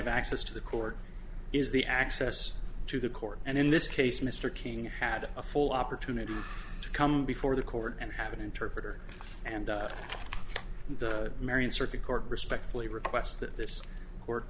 of access to the court is the access to the court and in this case mr cain had a full opportunity to come before the court and have an interpreter and marion circuit court respectfully request that this court